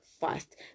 first